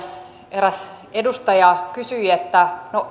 eräs edustaja kysyi